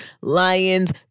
lions